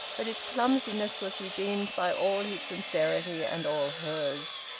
but its clumsiness was redeemed by all his sincerity and all hers.